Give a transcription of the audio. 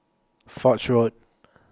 Foch Road